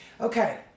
Okay